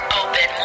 open